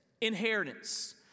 inheritance